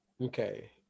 Okay